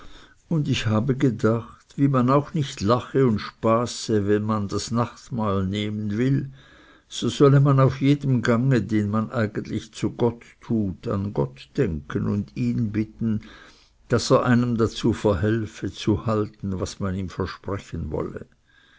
und ich habe gedacht wie man auch nicht lache und spaße wenn man das nachtmahl nehmen will so solle man auf jedem gange den man eigentlich zu gott tut an gott denken und ihn bitten daß er einem dazu verhelfe zu halten was man ihm versprechen wolle